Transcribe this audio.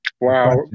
wow